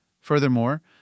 Furthermore